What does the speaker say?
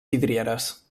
vidrieres